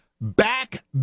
Back